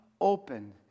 open